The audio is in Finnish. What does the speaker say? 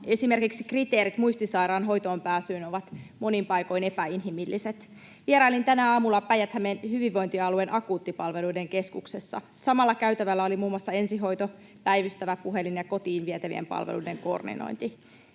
Esimerkiksi kriteerit muistisairaan hoitoonpääsyyn ovat monin paikoin epäinhimilliset. Vierailin tänään aamulla Päijät-Hämeen hyvinvointialueen akuuttipalveluiden keskuksessa. Samalla käytävällä olivat muun muassa ensihoito, päivystävä puhelin ja kotiin vietävien palveluiden koordinointi